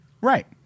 Right